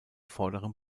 vorderen